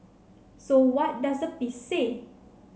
so what does the piece say